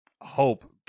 hope